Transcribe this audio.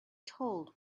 told